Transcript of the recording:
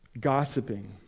Gossiping